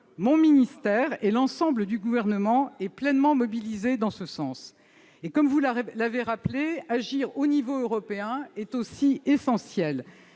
Mon ministère, avec l'ensemble du Gouvernement, est pleinement mobilisé dans ce sens. Comme vous l'avez rappelé, agir au niveau européen est aussi essentiel.